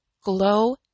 glow